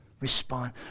respond